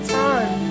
time